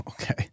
Okay